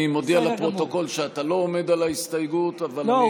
אני מודיע לפרוטוקול שאתה לא עומד על ההסתייגות אבל אני